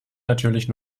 natürlich